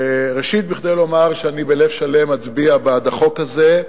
ראשית כדי לומר שאני אצביע בלב שלם בעד החוק הזה,